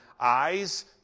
eyes